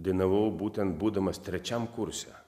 dainavau būtent būdamas trečiam kurse